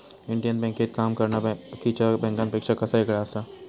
Indian बँकेत काम करना बाकीच्या बँकांपेक्षा कसा येगळा आसा?